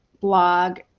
blog